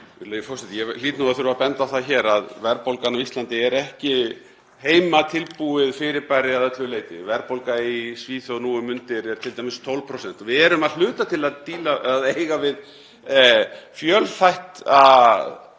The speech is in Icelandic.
Ég hlýt að þurfa að benda á það hér að verðbólgan á Íslandi er ekki heimatilbúið fyrirbæri að öllu leyti. Verðbólga í Svíþjóð nú um mundir er t.d. 12%. Við erum að hluta til að eiga við fjölþætt,